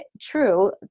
true